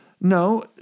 No